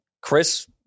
Chris